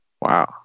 Wow